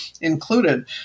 included